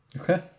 Okay